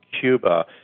Cuba